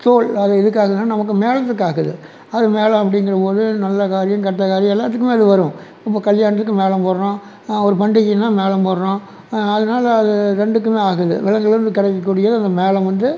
தோல் அது எதுக்காகன்னா நமக்கு மேளத்துக்காகது அது மேளம் அப்படிங்கிற போது நல்ல காரியம் கெட்ட காரியம் எல்லாத்துக்குமே அது வரும் இப்போ கல்யாணத்துக்கு மேளம் போடுறோம் ஒரு பண்டிகைன்னா மேளம் போடுறோம் அதனால அது ரெண்டுக்குமே ஆகுது விலங்குலேந்து கிடைக்கக்கூடிய அந்த மேளம் வந்து